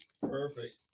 perfect